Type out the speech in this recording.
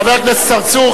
חבר הכנסת צרצור,